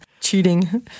Cheating